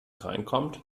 reinkommt